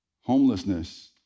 Homelessness